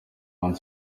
ant